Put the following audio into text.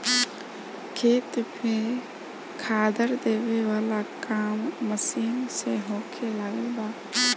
खेत में खादर देबे वाला काम मशीन से होखे लागल बा